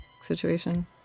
situation